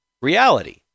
reality